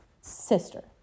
Sister